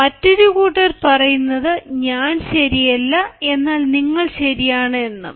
മറ്റൊരു കൂട്ടർ പറയുന്നത് ഞാൻ ശരിയല്ല എന്നാൽ നിങ്ങൾ ശരിയാണ് എന്നും